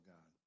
God